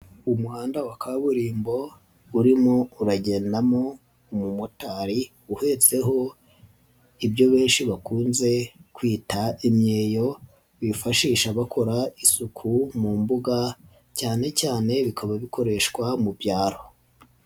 Umuhanda wa kaburimbo urimo uragendamo umumotari uhetseho, ibyo benshi bakunze kwita imyeyo bifashisha bakora isuku mu mbuga cyane cyane bikaba bikoreshwa mu byaro.